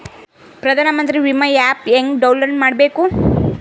ಪ್ರಧಾನಮಂತ್ರಿ ವಿಮಾ ಆ್ಯಪ್ ಹೆಂಗ ಡೌನ್ಲೋಡ್ ಮಾಡಬೇಕು?